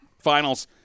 finals